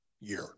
year